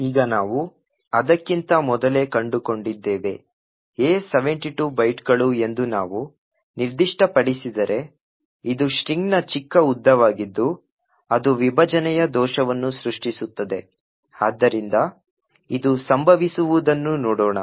ಈಗ ನಾವು ಅದಕ್ಕಿಂತ ಮೊದಲೇ ಕಂಡುಕೊಂಡಿದ್ದೇವೆ A 72 ಬೈಟ್ಗಳು ಎಂದು ನಾವು ನಿರ್ದಿಷ್ಟಪಡಿಸಿದರೆ ಇದು ಸ್ಟ್ರಿಂಗ್ನ ಚಿಕ್ಕ ಉದ್ದವಾಗಿದ್ದು ಅದು ವಿಭಜನೆಯ ದೋಷವನ್ನು ಸೃಷ್ಟಿಸುತ್ತದೆ ಆದ್ದರಿಂದ ಇದು ಸಂಭವಿಸುವುದನ್ನು ನೋಡೋಣ